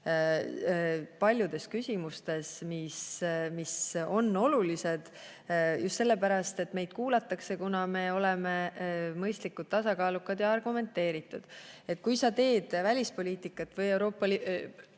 paljudes küsimustes, on oluline just sellepärast, et meid kuulatakse, kuna me oleme mõistlikud, tasakaalukad ja argumenteeritud. Kui sa teed välispoliitikat või Euroopa